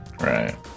Right